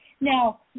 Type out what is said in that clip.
Now